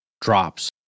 drops